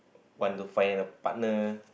want to find a partner